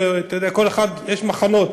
יש מחנות,